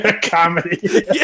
comedy